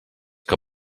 que